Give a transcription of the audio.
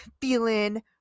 feeling